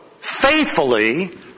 faithfully